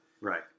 Right